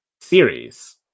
series